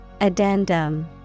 Addendum